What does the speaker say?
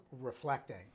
reflecting